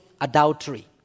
adultery